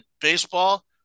baseball